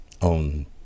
on